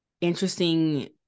interesting